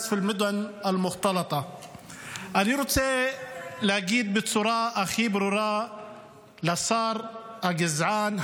אני רוצה להגיד בצורה הכי ברורה לשר הגזען,